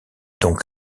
donc